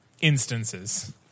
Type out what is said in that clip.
instances